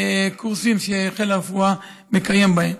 קורסים שחיל הרפואה מקיים בהם.